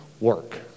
work